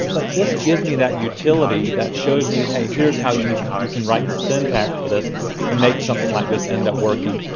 but this gives me that utility that shows me hey, here's how you you can write the syntax for this to make something like this end up working.